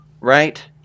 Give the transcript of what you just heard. Right